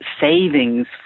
savings